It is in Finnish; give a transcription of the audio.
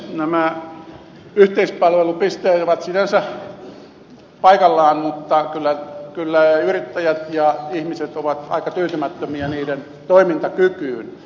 nämä yhteispalvelupisteet ovat sinänsä paikallaan mutta kyllä yrittäjät ja ihmiset ovat aika tyytymättömiä niiden toimintakykyyn